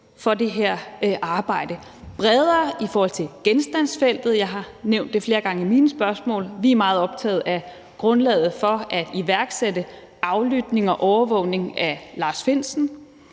for det her arbejde, altså bredere i forhold til genstandsfeltet. Det har jeg nævnt flere gange i mine spørgsmål. Vi er meget optaget af grundlaget for at iværksætte aflytning og overvågning af Lars Findsen.